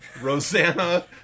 Rosanna